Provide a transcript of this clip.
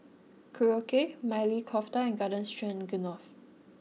Korokke Maili Kofta and Garden Stroganoff